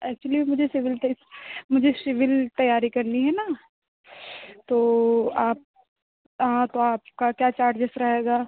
actually मुझे civil के मुझे सिविल तैयारी करनी है ना तो आप तो आपके क्या चार्जेज रहेगा